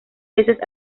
veces